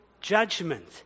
judgment